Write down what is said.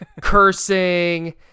cursing